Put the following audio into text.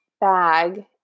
bag